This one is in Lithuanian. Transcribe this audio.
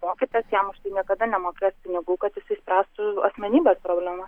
o kitas jam už tai niekada nemokės pinigų kad jis išspręstų asmenybės problemas